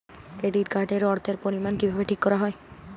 Credit card এর অর্থের পরিমান কিভাবে ঠিক করা হয়?